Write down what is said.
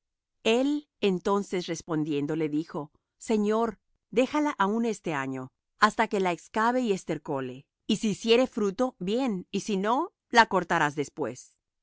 el entonces respondiendo le dijo señor déjala aún este año hasta que la excave y estercole y si hiciere fruto bien y si no la cortarás después